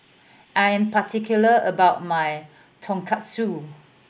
I am particular about my Tonkatsu